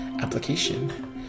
application